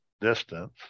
distance